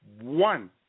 one